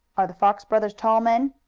are the fox brothers tall men?